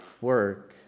work